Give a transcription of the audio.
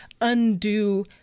undo